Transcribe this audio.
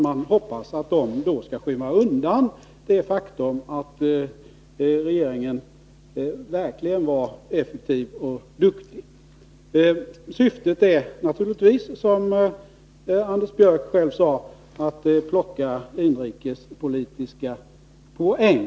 Man hoppas att de skall skymma bort det faktum att regeringen verkligen var effektiv och duktig. Syftet är naturligtvis, som Anders Björck själv sade, att plocka inrikespolitiska poäng.